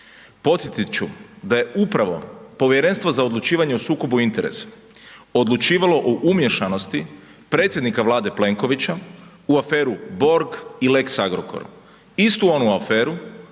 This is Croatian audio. Podsjetit ću da je upravo Povjerenstvo za odlučivanje o sukobu interesa odlučivalo o umiješanosti predsjednika Vlade Plenkovića u aferu Borg i lex Agrokor. Istu onu aferu